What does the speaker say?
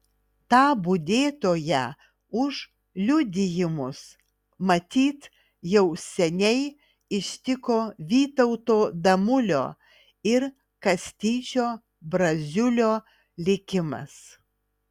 tą budėtoją už liudijimus matyt jau seniai ištiko vytauto damulio ir kastyčio braziulio likimas